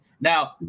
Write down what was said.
now